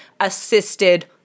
assisted